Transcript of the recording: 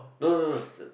no no no